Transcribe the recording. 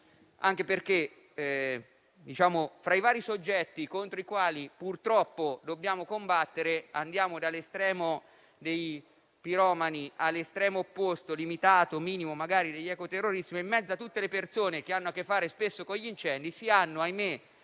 soluzione. Fra i vari soggetti contro i quali purtroppo dobbiamo combattere, andiamo dall'estremo dei piromani all'estremo opposto, magari limitato e minimo, degli ecoterroristi; in mezzo a tutte le persone che hanno a che fare spesso con gli incendi si hanno - ahimè